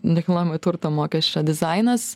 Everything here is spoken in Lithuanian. nekilnojamojo turto mokesčio dizainas